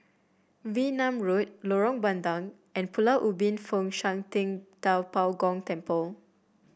Wee Nam Road Lorong Bandang and Pulau Ubin Fo Shan Ting Da Bo Gong Temple